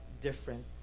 different